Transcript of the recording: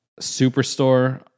Superstore